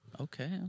Okay